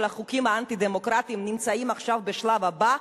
החוקים האנטי-דמוקרטיים נמצאים עכשיו בשלב הבא,